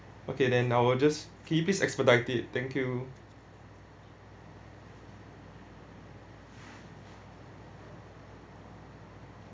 okay then I will just can you please expedite it thank you